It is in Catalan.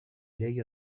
llei